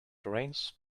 rains